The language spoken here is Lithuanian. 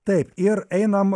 taip ir einam